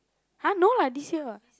!huh! no lah this year what